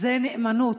זה נאמנות,